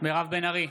מירב בן ארי,